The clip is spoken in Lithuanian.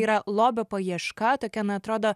yra lobio paieška tokia na atrodo